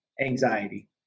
anxiety